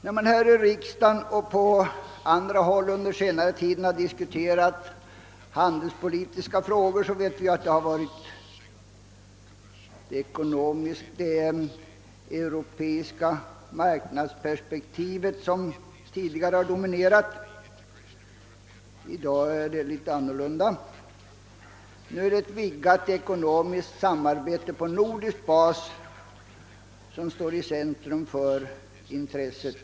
När man här i riksdagen och på andra håll under senare tid har diskuterat handelspolitiska frågor har det europeiska marknadsperspektivet dominerat. I dag är det litet annorlunda. Nu är det ett vidgat ekonomiskt samarbete på nordisk bas som står i centrum för intresset.